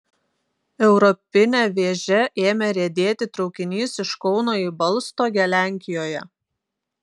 europine vėže ėmė riedėti traukinys iš kauno į balstogę lenkijoje